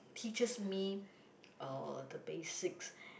teaches me uh the basics